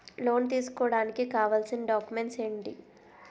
Loan తీసుకోడానికి కావాల్సిన documents ఎంటి?